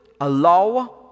allow